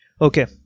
Okay